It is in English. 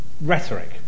rhetoric